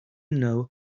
know